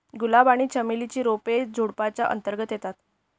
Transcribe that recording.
गुलाब आणि चमेली ची रोप झुडुपाच्या अंतर्गत येतात